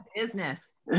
business